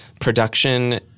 production